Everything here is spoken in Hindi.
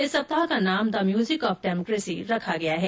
इस सप्ताह का नाम द म्यूजिक ऑफ डेमोकेसी रखा गया है